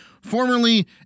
formerly